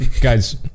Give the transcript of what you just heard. guys